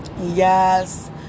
Yes